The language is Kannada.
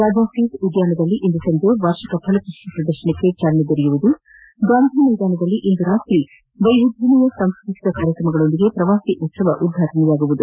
ರಾಜಾಸೀಟ್ ಉದ್ಯಾನದಲ್ಲಿ ಇಂದು ಸಂಜೆ ವಾರ್ಷಿಕ ಫಲಪುಪ್ಪ ಪ್ರದರ್ಶನಕ್ಕೆ ಚಾಲನೆ ದೊರಕಲಿದ್ದು ಗಾಂಧಿ ಮೈದಾನದಲ್ಲಿ ಇಂದು ರಾತ್ರಿ ವೈವಿಧ್ಯಮಯ ಸಾಂಸ್ಕೃತಿಕ ಕಾರ್ಯಕ್ರಮಗಳೊಂದಿಗೆ ಪ್ರವಾಸಿ ಉತ್ಸವ ಉದ್ವಾಟನೆಯಾಗಲಿದೆ